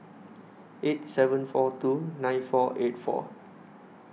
eight seven four two nine four eight four